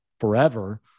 forever